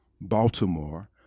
Baltimore